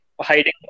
hiding